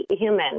human